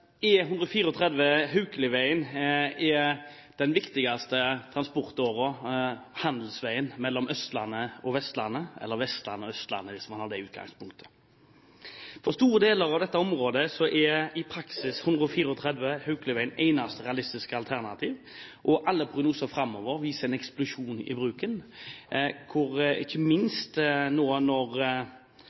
den viktigste transportåren – handelsveien – mellom Østlandet og Vestlandet, eller Vestlandet og Østlandet, hvis man har det utgangspunktet. For store deler av dette området er i praksis 134 Haukelivegen det eneste realistiske alternativ, og alle prognoser framover viser en eksplosjon i bruken av veien, ikke minst med tanke på Bergen når